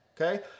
okay